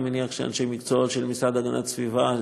אני מניח שאנשי המקצוע של המשרד להגנת הסביבה,